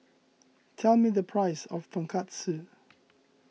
tell me the price of Tonkatsu